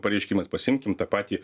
pareiškimas pasiimkim tą patį